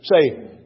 say